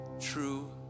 true